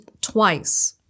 twice